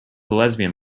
lesbian